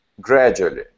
gradually